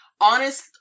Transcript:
Honest